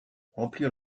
remplir